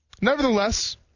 Nevertheless